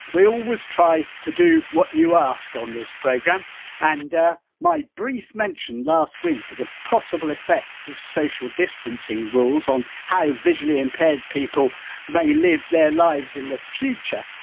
we always try to do what you ask on this programme and my brief mention last week of the possible effects of social distancing rules on how visually impaired people may live their lives in the future,